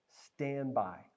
standby